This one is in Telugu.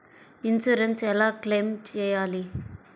ఇన్సూరెన్స్ ఎలా క్లెయిమ్ చేయాలి?